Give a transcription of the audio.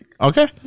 Okay